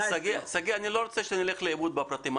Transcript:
שגיא, אני לא רוצה שנלך לאיבוד בפרטים.